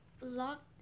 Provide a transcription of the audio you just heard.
Lock